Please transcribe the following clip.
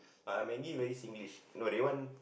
ah Maggi very Singlish no they want